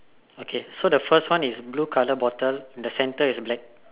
okay so the first one is blue colour bottle the center is black